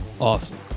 Awesome